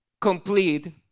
complete